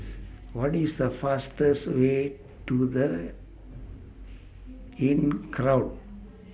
What IS The fastest Way to The Inncrowd